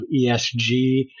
ESG